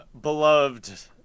beloved